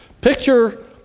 Picture